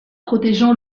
protégeant